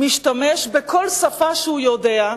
משתמש בכל שפה שהוא יודע,